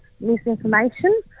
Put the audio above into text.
misinformation